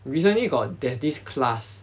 recently got there's this class